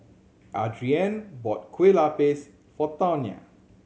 Adriane bought Kueh Lapis for Tawnya